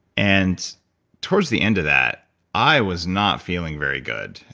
and towards the end of that i was not feeling very good,